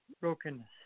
brokenness